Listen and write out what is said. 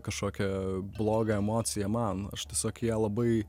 kažkokią blogą emociją man aš tiesiog į ją labai